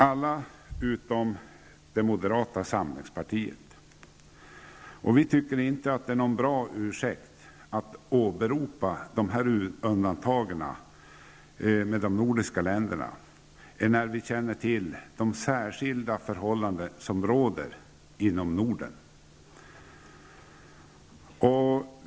Alla partier utom moderata samlingspartiet är överens. Vi tycker inte att det är någon bra ursäkt att åberopa undantagen med de nordiska länderna när vi känner till de särskilda förhållanden som råder inom Norden.